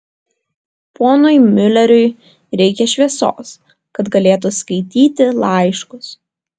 ponui miuleriui reikia šviesos kad galėtų skaityti laiškus